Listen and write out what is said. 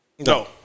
No